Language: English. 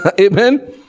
Amen